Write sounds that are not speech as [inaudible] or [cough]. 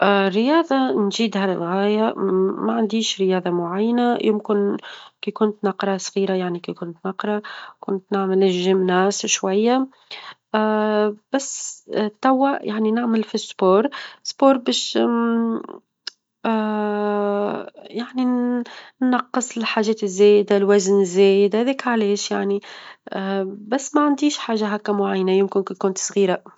رياظة نجيدها للغاية ما عنديش رياظة معينة يمكن كي كنت نقرا صغيرة يعني كى كنت نقرا كنت نعمل جيميناز شوية، [hesitation] بس توا يعني نعمل في -رياظة- رياظة باش [hesitation] يعني [hesitation] ننقص الحاجات الزايدة، الوزن الزايد هذاك عليش يعني [hesitation] بس ما عنديش حاجة هاكا معينة يمكن كي كنت صغيرة.